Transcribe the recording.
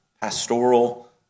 pastoral